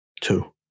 Two